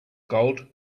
gold